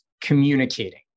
communicating